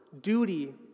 duty